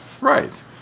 right